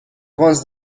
once